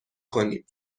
کنیم